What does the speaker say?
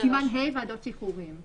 בסימן ה' ועדות שחרורים.